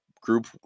group